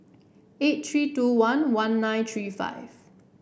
eight three two one one nine three five